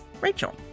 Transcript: Rachel